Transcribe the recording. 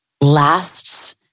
lasts